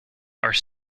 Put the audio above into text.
are